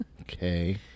Okay